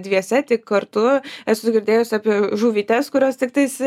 dviese tik kartu esu girdėjusi apie žuvytes kurios tik tais